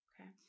Okay